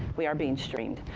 we are being streamed?